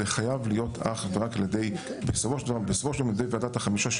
זה חייב להיות אך ורק על ידי ועדת החמישה,